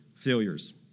Failures